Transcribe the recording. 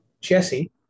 Jesse